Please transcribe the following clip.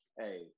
Hey